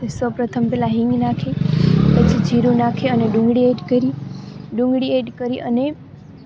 સૌપ્રથમ પહેલાં હિંગ નાખી પછી જીરું નાખી અને ડુંગળી એડ કરી ડુંગળી એડ કરી અને